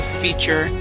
feature